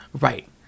Right